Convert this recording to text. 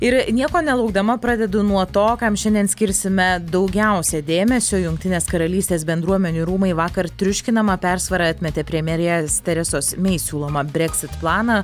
ir nieko nelaukdama pradedu nuo to kam šiandien skirsime daugiausia dėmesio jungtinės karalystės bendruomenių rūmai vakar triuškinama persvara atmetė premjerės teresos mei siūlomą brexit planą